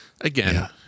again